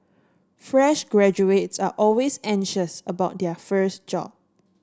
fresh graduates are always anxious about their first job